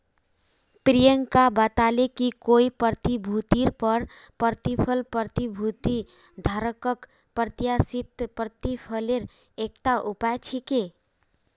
प्रियंका बताले कि कोई प्रतिभूतिर पर प्रतिफल प्रतिभूति धारकक प्रत्याशित प्रतिफलेर एकता उपाय छिके